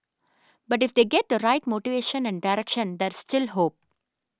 but if they get the right motivation and direction there's still hope